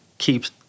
Keeps